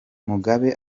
mugabe